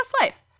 life